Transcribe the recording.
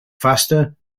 faster